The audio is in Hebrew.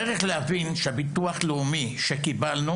צריך להבין שהביטוח לאומי שקיבלנו,